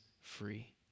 free